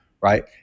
right